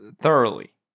thoroughly